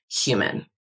human